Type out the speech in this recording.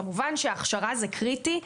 כמובן, שהכשרה זה קריטי,